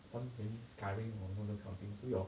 some maybe discoloring or you know that kind of thing so hor